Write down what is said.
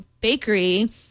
bakery